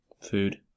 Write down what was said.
food